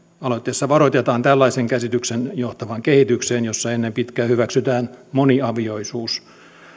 aloitteessa varoitetaan tällaisen käsityksen johtavan kehitykseen jossa ennen pitkää hyväksytään moniavioisuus